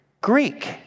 Greek